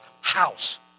house